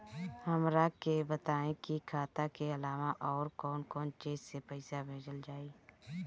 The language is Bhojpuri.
हमरा के बताई की खाता के अलावा और कौन चीज से पइसा भेजल जाई?